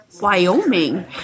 Wyoming